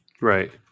Right